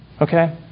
Okay